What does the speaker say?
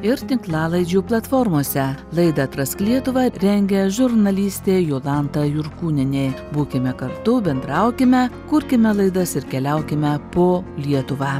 ir tinklalaidžių platformose laidą atrask lietuvą rengia žurnalistė jolanta jurkūnienė būkime kartu bendraukime kurkime laidas ir keliaukime po lietuvą